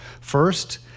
First